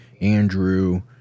Andrew